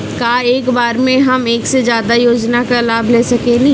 का एक बार में हम एक से ज्यादा योजना का लाभ ले सकेनी?